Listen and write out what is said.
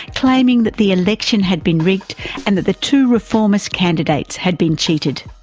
claiming that the election had been rigged and that the two reformist candidates had been cheated.